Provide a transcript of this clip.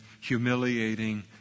humiliating